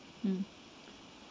mm